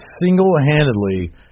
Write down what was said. single-handedly